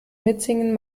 mitsingen